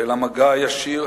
ואל המגע הישיר,